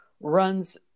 runs